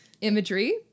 Imagery